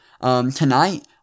Tonight